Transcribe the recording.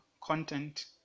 content